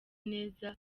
neza